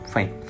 Fine